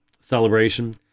celebration